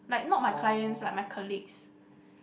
like not my clients like my colleagues